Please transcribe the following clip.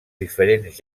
diferents